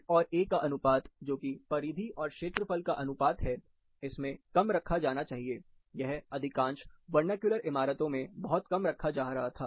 P और A का अनुपात जो कि परिधि से क्षेत्रफल का अनुपात है इसे कम रखा जाना चाहिए यह अधिकांश वर्नाक्यूलर इमारतों में बहुत कम रखा जा रहा था